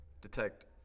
detect